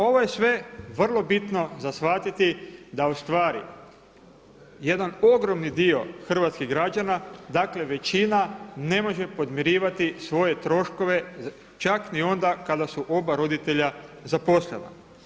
Ovo je se vrlo bitno za shvatiti da u stvari jedan ogromni dio hrvatskih građana, dakle većina ne može podmirivati svoje troškove čak ni onda kada su oba roditelja zaposlena.